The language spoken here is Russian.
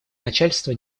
начальство